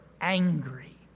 angry